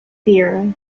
zero